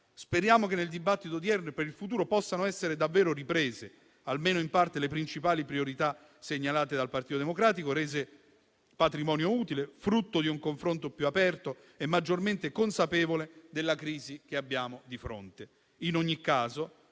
Speriamo che nel dibattito odierno e per il futuro possano essere davvero riprese, almeno in parte, le principali priorità segnalate dal Partito Democratico, rese patrimonio utile, frutto di un confronto più aperto e maggiormente consapevole della crisi che abbiamo di fronte.